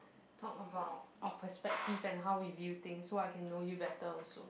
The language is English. talk about our perspective and how we view thing so I can know you better also